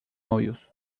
novios